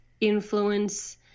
influence